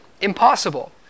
impossible